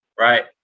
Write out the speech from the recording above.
Right